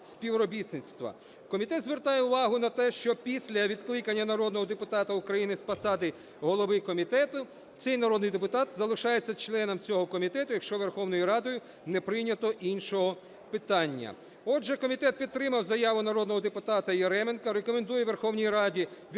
співробітництва. Комітет звертає увагу на те, що після відкликання народного депутата України з посади голови комітету цей народний депутат залишається членом цього комітету, якщо Верховною Радою не прийнято іншого питання. Отже, комітет підтримав заяву народного депутата Яременка, рекомендує Верховній Раді відкликати